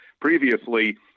previously